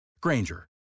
Granger